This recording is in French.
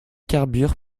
carbure